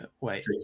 Wait